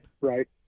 Right